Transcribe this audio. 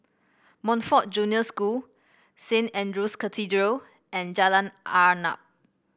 Montfort Junior School Saint Andrew's Cathedral and Jalan Arnap